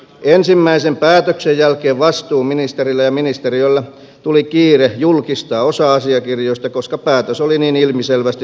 ensimmäisen päätöksen jälkeen vastuuministerillä ja ministeriöllä tuli kiire julkistaa osa asiakirjoista koska päätös oli niin ilmiselvästi julkisuuslain vastainen